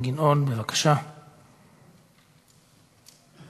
שסיפורו של תאגיד השידור הציבורי הוא סיפורו של ראש ממשלה שהוא